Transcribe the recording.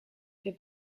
fait